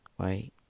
Right